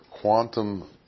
quantum